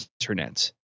internet